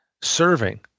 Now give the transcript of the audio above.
serving